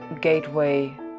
gateway